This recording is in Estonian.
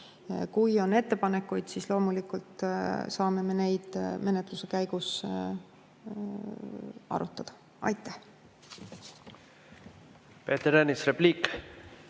Kui on ettepanekuid, siis loomulikult saame me neid menetluse käigus arutada. Aitäh! Aitäh, hea